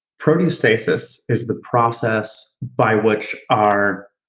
proteostasis is the process by which our